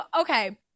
okay